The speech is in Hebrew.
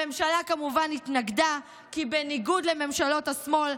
הממשלה כמובן התנגדה, כי בניגוד לממשלות השמאל,